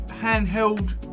handheld